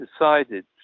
decided